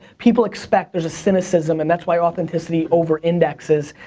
people expect there's a cynicism, and that's why authenticity over-indexes,